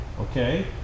okay